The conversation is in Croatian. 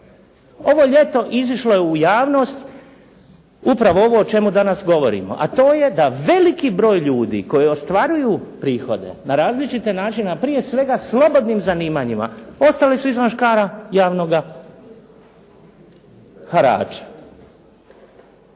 Ovo ljeto izišlo je u javnost upravo ovo o čemu danas govorimo. A to je da veliki broj ljudi koji ostvaruju prihode na različite načine prije svega slobodnim zanimanjima ostali su izvan škara javnoga harača.